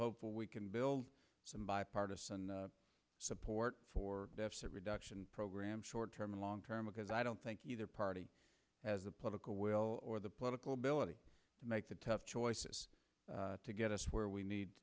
hopeful we can build some bipartisan support for deficit reduction programs short term and long term because i don't think either party has the political will or the political ability to make the tough choices to get us where we need